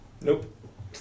Nope